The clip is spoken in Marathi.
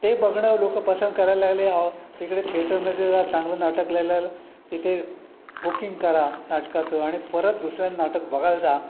ते बघणं लोकं पसंत करायला लागले आव तिकडे थेटरमध्ये जा चांगलं नाटक लैलाल तिथे बुकिंग करा नाटकाचं आणि परत दुसऱ्या नाटक बघायला जा